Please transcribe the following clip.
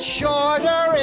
shorter